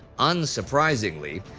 unsurprisingly,